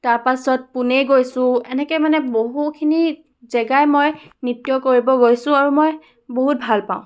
তাৰপাছত পুনে গৈছোঁ এনেকৈ মানে বহুখিনি জেগাই মই নৃত্য কৰিব গৈছোঁ আৰু মই বহুত ভাল পাওঁ